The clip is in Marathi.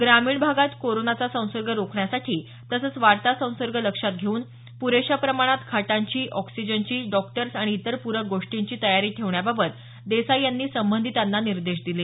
ग्रामीण भागात कोरोनाचा संसर्ग रोखण्यासाठी तसंच वाढता संसर्ग लक्षात घेऊन प्रेशा प्रमाणात खाटांची ऑक्सिजनची डॉक्टर्स आणि इतर पूरक गोष्टींची तयारी ठेवण्याबाबत देसाई यांनी संबंधितांना निर्देश दिले